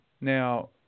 Now